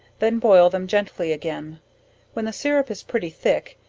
then boil them gently again when the sirrup is pretty thick,